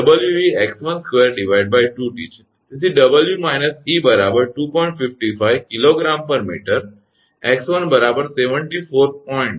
તેથી 58 સમીકરણ 𝑑1 𝑊𝑒𝑥12 2𝑇 છે તેથી 𝑊 − 𝑒 2